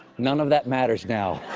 none of that matters now.